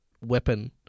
weapon